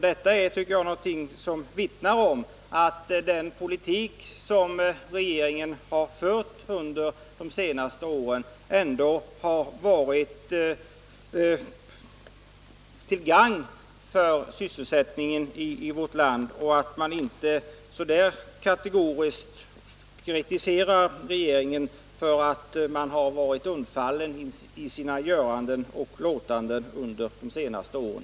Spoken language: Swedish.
Jag tycker att detta vittnar om att den politik som regeringen har fört under de senaste åren varit till gagn för sysselsättningen i vårt land och om att man inte så kategoriskt bör kritisera regeringen för efterlåtenhet i dess arbete under de senaste åren.